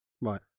Right